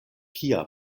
kia